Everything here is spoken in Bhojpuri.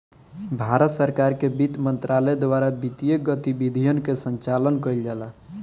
भारत सरकार के बित्त मंत्रालय द्वारा वित्तीय गतिविधियन के संचालन कईल जाला